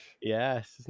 Yes